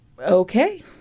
okay